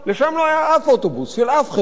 לשם לא היה אף אוטובוס של אף חברה,